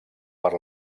per